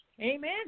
Amen